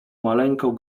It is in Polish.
maleńką